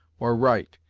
or right,